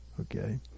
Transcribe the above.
okay